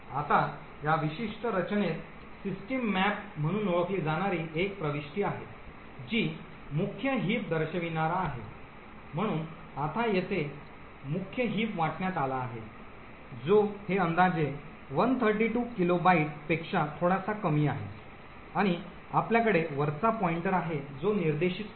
आता या विशिष्ट रचनेत सिस्टीम मॅप म्हणून ओळखली जाणारी एक प्रविष्टी आहे जी मुख्य हिप दर्शविणारा आहे म्हणून आता येथे मुख्य हिप वाटण्यात आला आहे जो हे अंदाजे 132 किलोबाइटपेक्षा थोडासा कमी आहे आणि आपल्याकडे वरचा पॉईंटर आहे जो निर्देशित करतो